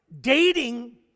dating